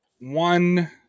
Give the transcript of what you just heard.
one